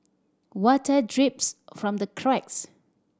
water drips from the cracks